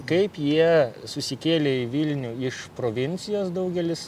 kaip jie susikėlė į vilnių iš provincijos daugelis